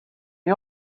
you